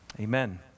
amen